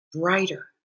brighter